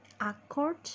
accord